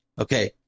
Okay